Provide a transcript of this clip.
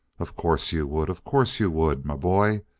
of course you would. of course you would, my boy.